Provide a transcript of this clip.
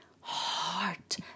heart